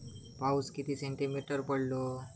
पाऊस किती सेंटीमीटर पडलो?